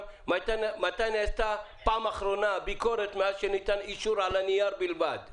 מתי נעשתה פעם אחרונה ביקורת מאז שניתן אישור על הנייר בלבד.